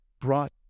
brought